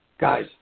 Guys